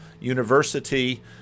University